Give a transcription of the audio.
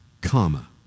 comma